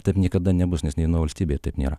taip niekada nebus nes ne nuo valstybės taip nėra